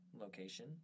location